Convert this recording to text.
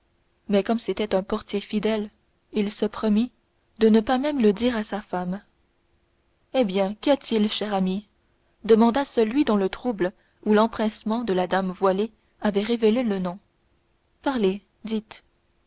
mais comme c'était un portier modèle il se promit de ne pas même le dire à sa femme eh bien qu'y a-t-il chère amie demanda celui dont le trouble ou l'empressement de la dame voilée avait révélé le nom parlez